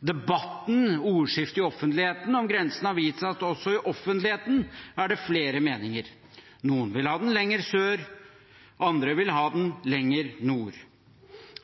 Debatten – ordskiftet i offentligheten – om grensen har vist at også i offentligheten er det flere meninger. Noen vil ha den lenger sør, andre vil ha den lenger nord.